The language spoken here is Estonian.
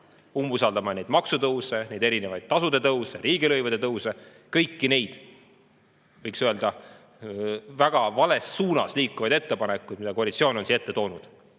umbusaldame maksutõuse, erinevaid tasude tõuse, riigilõivude tõuse, kõiki neid. Võiks öelda, et väga vales suunas liikuvaid ettepanekuid, mida koalitsioon on siia toonud.